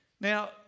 Now